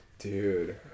Dude